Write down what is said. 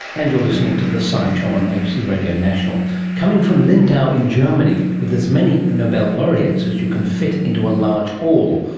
and you're listening to the science show on abc radio national coming from lindau in germany with as many nobel laureates as you can fit into a large hall,